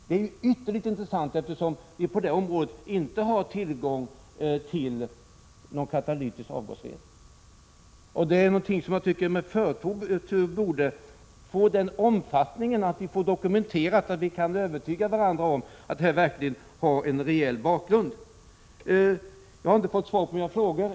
Detta är ytterligt intressant, eftersom vi på detta område inte har tillgång till någon katalytisk avgasrening. Jag tycker att man med förtur borde dokumentera denna effekt, så att vi kan övertyga varandra om att det finns en reell bakgrund till denna effekt. Jag har inte fått svar på mina frågor.